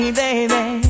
baby